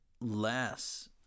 less